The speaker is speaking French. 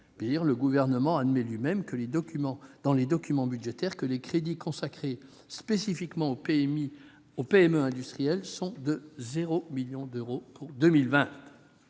le Gouvernement admet lui-même dans les documents budgétaires que les crédits consacrés spécifiquement aux PME industrielles sont de 0 million d'euros pour 2020